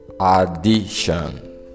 addition